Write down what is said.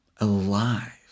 alive